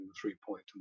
three-point